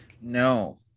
No